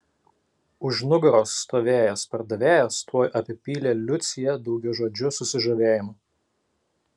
už nugaros stovėjęs pardavėjas tuoj apipylė liuciją daugiažodžiu susižavėjimu